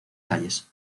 calles